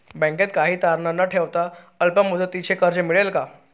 बँकेत काही तारण न ठेवता अल्प मुदतीचे कर्ज मिळेल का?